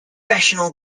professional